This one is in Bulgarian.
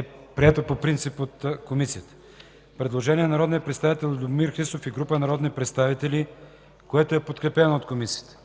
е прието по принцип от Комисията. Предложение на народния представител Любомир Христов и група народни представители, което е подкрепено от Комисията.